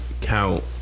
count